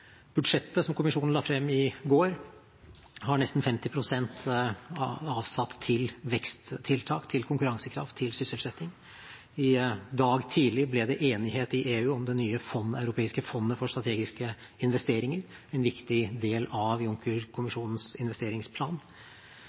Budsjettet som kommisjonen la frem i går, har nesten 50 pst. avsatt til veksttiltak, til konkurransekraft, til sysselsetting. I dag tidlig ble det enighet i EU om det nye europeiske fondet for strategiske investeringer, en viktig del av Juncker-kommisjonens investeringsplan.